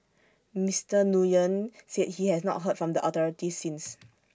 Mister Nguyen said he has not heard from the authorities since